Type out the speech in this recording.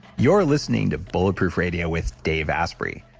you're listening to bulletproof radio with dave asprey.